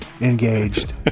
engaged